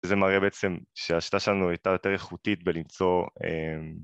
זה מראה בעצם שההשיטה שלנו הייתה יותר איכותית בלמצוא...